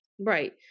right